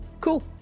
cool